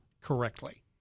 correctly